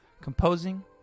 composing